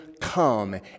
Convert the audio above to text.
come